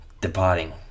departing